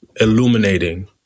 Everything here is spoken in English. illuminating